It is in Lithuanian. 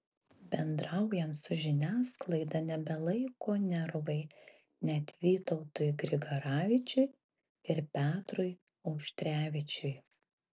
bendraujant su žiniasklaida nebelaiko nervai net vytautui grigaravičiui ir petrui auštrevičiui